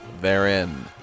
therein